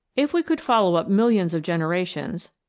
if we could follow up millions of generations,